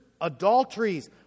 adulteries